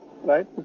right